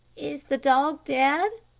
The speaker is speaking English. is the dog dead?